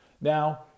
Now